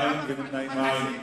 אין, נמנעים, אין.